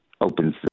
opens